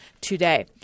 today